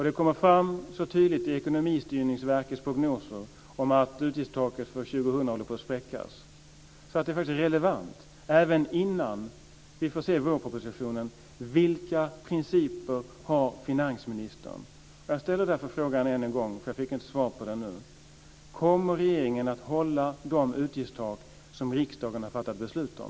Det kommer fram så tydligt i Ekonomistyrningsverkets prognoser om att utgiftstaket för 2000 håller på att spräckas att det faktiskt är relevant att vi även innan vi får se vårpropositionen får veta vilka principer finansministern har. Jag ställer därför frågan än en gång. Jag fick inte svar på den tidigare. Kommer regeringen att hålla fast vid de utgiftstak som riksdagen har fattat beslut om?